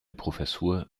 professur